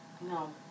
No